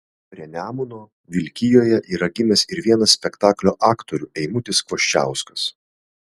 prie nemuno vilkijoje yra gimęs ir vienas spektaklio aktorių eimutis kvoščiauskas